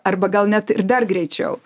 arba gal net ir dar greičiau